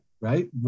right